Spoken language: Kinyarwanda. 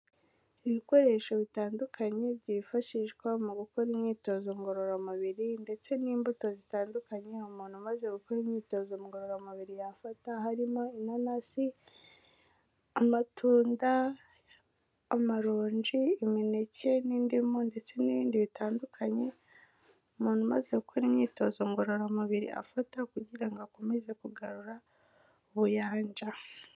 Ibikoresho bitandukanye byifashishwa mu gukora imyitozo ngororamubiri ndetse n'imbuto zitandukanye umuntu umaze gukora imyitozo ngororamubiri yafata, harimo; inanasi, amatunda, amaronji, imineke n'indimu ndetse n'ibindi bitandukanye umuntu umaze gukora imyitozo ngororamubiri afata kugira ngo akomeze kugarura ubuyanja.